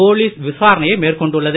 police விசாரணையை மேற்கொண்டுள்ளது